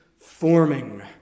forming